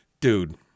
dude